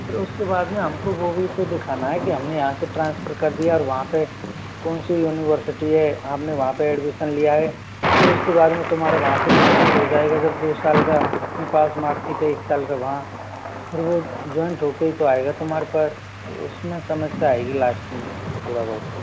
फिर उसके बाद में हमको वो भी तो दिखाना है कि हमने यहाँ से ट्रान्सफर कर दिया और वहाँ पे कौन सी यूनिवरसिटी है आपने वहाँ पर एड्मिशन लिया है फिर उसके बाद में तुम्हारा वहाँ से कंप्लीट हो जाएगा जब दो साल का अपने पास मार्कशीट है एक साल का वहाँ और वो जॉइन होकर ही तो आएगा तुम्हारे पास तो उसमें समस्या आएँगी लास्ट में थोड़ा बहुत